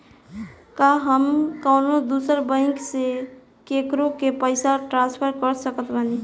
का हम कउनों दूसर बैंक से केकरों के पइसा ट्रांसफर कर सकत बानी?